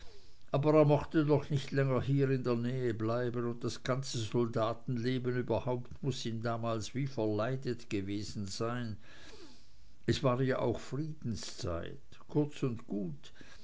aber er mochte doch nicht länger hier in der nähe bleiben und das ganze soldatenleben überhaupt muß ihm damals wie verleidet gewesen sein es war ja auch friedenszeit kurz und gut